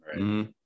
right